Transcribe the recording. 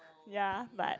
ya but